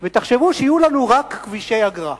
ותחשבו שיהיו לנו רק כבישי אגרה,